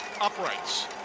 uprights